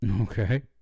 Okay